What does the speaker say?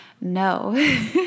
No